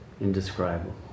indescribable